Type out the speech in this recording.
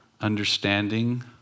understanding